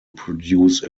produce